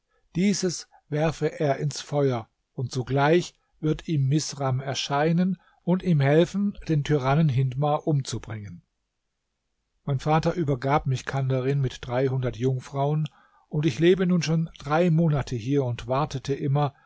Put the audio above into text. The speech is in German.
dieses werfe er ins feuer und sogleich wird ihm misram erscheinen und ihm helfen den tyrannen hindmar umbringen mein vater übergab mich kandarin mit dreihundert jungfrauen und ich lebe nun schon drei monate hier und wartete immer